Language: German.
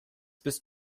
bist